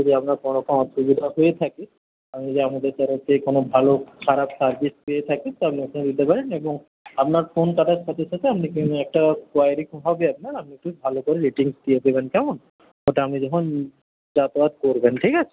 যদি আপনার কোনোরকম অসুবিধা হয়ে থাকে আপনি যদি আমাদের কারোর থেকে যদি কোন ভালো খারাপ সার্ভিস পেয়ে থাকেন তাহলে আপনি পারেন এবং আপনার ফোন কাটার সাথে সাথে আপনি একটা কোয়ারি হবে আপনার আপনি একটু ভালো করে রেটিংস দিয়ে দেবেন কেমন ওটা আমি যখন যাতায়াত করবেন ঠিক আছে